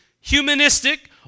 humanistic